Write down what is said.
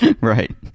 right